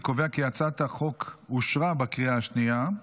אני קובע כי הצעת החוק אושרה בקריאה השנייה.